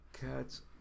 cats